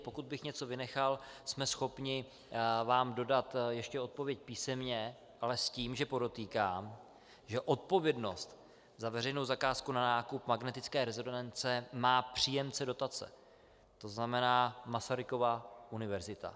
Pokud bych něco vynechal, jsme schopni vám dodat ještě odpověď písemně, s tím, že podotýkám, že odpovědnost za veřejnou zakázku na nákup magnetické rezonance má příjemce dotace, to znamená Masarykova univerzita.